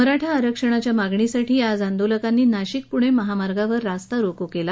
मराठा आरक्षणाच्या मागणीसाठी आज आंदोलकांनी नाशिक पुणे महामार्गावर रास्ता रोको केला